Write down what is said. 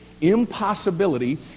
impossibility